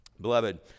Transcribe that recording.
Beloved